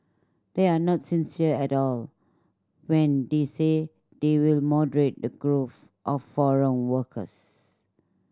they are not sincere at all when they say they will moderate the growth of foreign workers